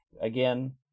again